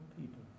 people